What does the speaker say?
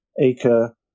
acre